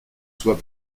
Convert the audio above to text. soit